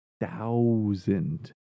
thousand